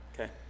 Okay